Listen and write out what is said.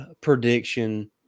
prediction